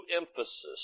emphasis